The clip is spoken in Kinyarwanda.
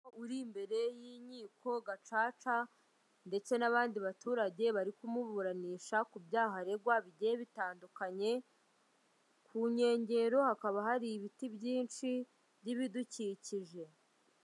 Uri imbere y'inkiko gacaca ndetse n'abandi baturage bari kumuburanisha ku byaha aregwa bigiye bitandukanye, ku nkengero hakaba hari ibiti byinshi by'ibidukikije.